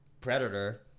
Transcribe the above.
predator